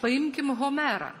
paimkim homerą